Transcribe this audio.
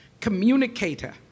communicator